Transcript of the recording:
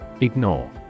Ignore